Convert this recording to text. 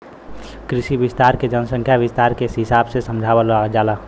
कृषि विस्तार के जनसंख्या विस्तार के हिसाब से समझावल जाला